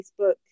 Facebook